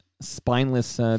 spineless